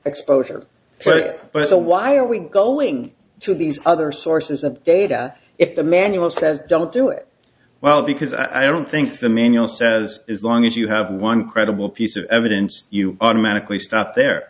exposure play but it's a why are we going to these other sources of data if the manual says don't do it well because i don't think the manual says as long as you have one credible piece of evidence you automatically stopped there